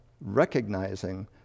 recognizing